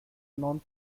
non